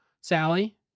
Sally